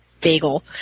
bagel